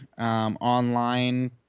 online